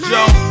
Joe